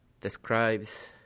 describes